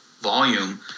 volume